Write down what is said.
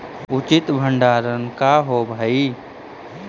उचित भंडारण का होव हइ?